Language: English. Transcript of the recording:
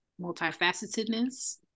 multifacetedness